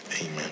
Amen